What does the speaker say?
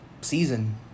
season